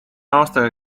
aastaga